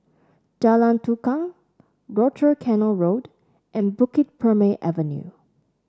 Jalan Tukang Rochor Canal Road and Bukit Purmei Avenue